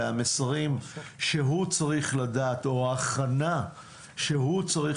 והמסרים שהוא צריך לדעת או ההכנה שהוא צריך